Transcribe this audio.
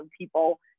people